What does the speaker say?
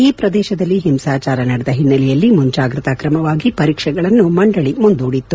ಈ ಪ್ರದೇಶದಲ್ಲಿ ಹಿಂಸಾಚಾರ ನಡೆದ ಹಿನ್ನೆಲೆಯಲ್ಲಿ ಮುಂಜಾಗ್ರತ ಕ್ರಮವಾಗಿ ಪರೀಕ್ಷೆಗಳನ್ನು ಮಂಡಳಿ ಮುಂದೂಡಿತ್ತು